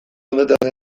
honetan